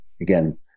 again